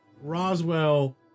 Roswell